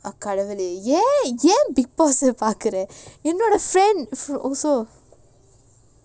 கடவுளேஏன்ஏன்:kadavule yen yen big boss பாக்குறஎன்னோட:paakura ennoda friend also